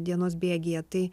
dienos bėgyje tai